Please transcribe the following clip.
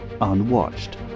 unwatched